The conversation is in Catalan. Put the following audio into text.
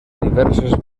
diverses